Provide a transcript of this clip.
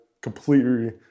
completely